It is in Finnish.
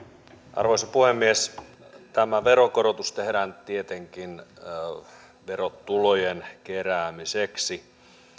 arvoisa puhemies tämä veronkorotus tehdään tietenkin verotulojen keräämiseksi